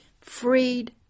freed